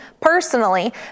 personally